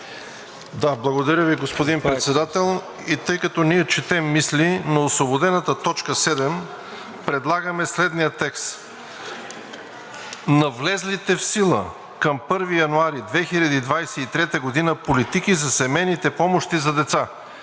Да, благодаря Ви, господин Председател. Тъй като ние четем мисли, на освободената точка 7 предлагаме следния текст: „на влезлите в сила към 2023 г. политики за семейните помощи за деца“,